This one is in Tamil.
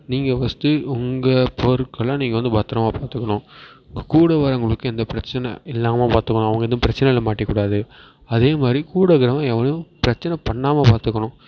நீங்கள் ஃபஸ்ட்டு உங்கள் பொருட்களை நீங்கள் வந்து பத்திரமா பார்த்துக்குணும் உங்கள் கூட வர்றவங்களுக்கு எந்த பிரச்சனை இல்லாமல் பார்த்துக்கணும் அவங்க ஏதும் பிரச்சனையில் மாட்டிக்க கூடாது அதே மாதிரி கூட இருக்கிறவன் எவனும் பிரச்சனை பண்ணாமல் பார்த்துக்குணும்